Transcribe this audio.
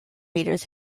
readers